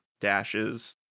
dashes